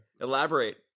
Elaborate